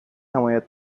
حمایت